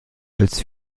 als